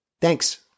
Thanks